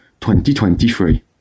2023